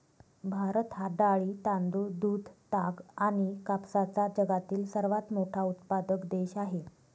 भारत हा डाळी, तांदूळ, दूध, ताग आणि कापसाचा जगातील सर्वात मोठा उत्पादक देश आहे